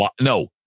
No